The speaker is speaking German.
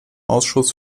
ausschuss